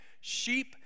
sheep